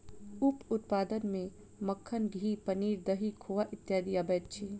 उप उत्पाद मे मक्खन, घी, पनीर, दही, खोआ इत्यादि अबैत अछि